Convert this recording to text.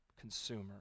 consumer